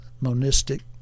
Monistic